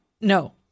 No